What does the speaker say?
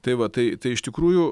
tai va tai tai iš tikrųjų